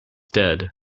dead